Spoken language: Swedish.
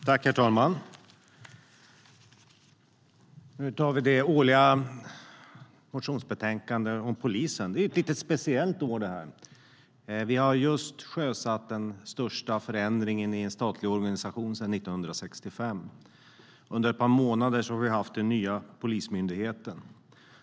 Herr talman! Nu tar vi det årliga motionsbetänkandet om polisen. Det är ett lite speciellt år, det här. Vi har just sjösatt den största förändringen i en statlig organisation sedan 1965. I ett par månader nu har vi haft den nya Polismyndigheten.